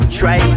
try